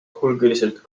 hulgaliselt